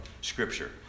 Scripture